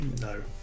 no